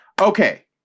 okay